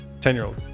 Ten-year-old